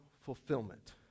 fulfillment